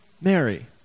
Mary